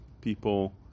people